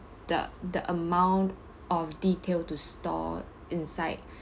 the the amount of detail to store inside